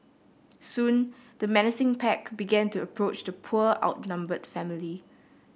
soon the menacing pack began to approach the poor outnumbered family